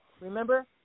Remember